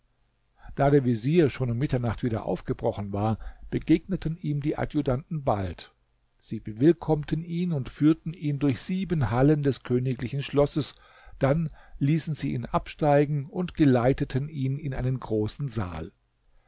da der vezier schon um mitternacht wieder aufgebrochen war begegneten ihm die adjutanten bald sie bewillkommten ihn und führten ihn durch sieben hallen des königlichen schlosses dann ließen sie ihn absteigen und geleiteten ihn in einen großen saal